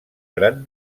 gran